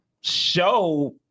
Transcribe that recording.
show